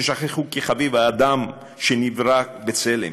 ששכחו כי חביב האדם שנברא בצלם,